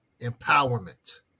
Empowerment